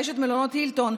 רשת מלונות הילטון,